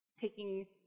taking